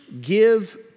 give